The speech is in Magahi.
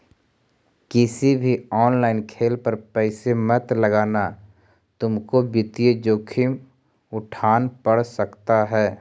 किसी भी ऑनलाइन खेल पर पैसे मत लगाना तुमको वित्तीय जोखिम उठान पड़ सकता है